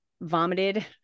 vomited